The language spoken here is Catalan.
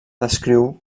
descriu